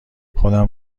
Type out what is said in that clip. خودم